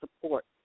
support